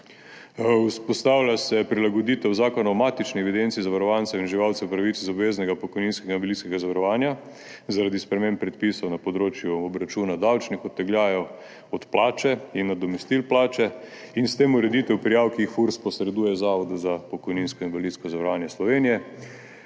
Vzpostavlja se prilagoditev Zakona o matični evidenci zavarovancev in uživalcev pravic iz obveznega pokojninskega in invalidskega zavarovanja zaradi sprememb predpisov na področju obračuna davčnih odtegljajev od plače in nadomestil plače in s tem ureditev prijav, ki jih FURS posreduje Zavodu za pokojninsko in invalidsko zavarovanje Slovenije.